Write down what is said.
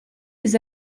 les